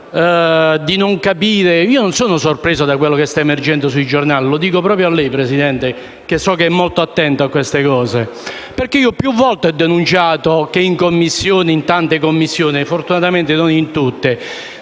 Io non sono sorpreso da quanto sta emergendo sui giornali. E lo dico proprio a lei, signor Presidente, che so essere molto attento a questi problemi. Più volte ho denunciato che in tante Commissioni - fortunatamente non in tutte